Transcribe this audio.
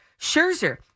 Scherzer